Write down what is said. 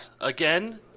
again